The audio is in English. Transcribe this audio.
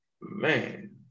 Man